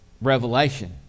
revelation